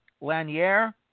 Lanier